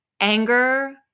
anger